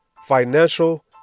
Financial